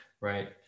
right